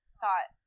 thought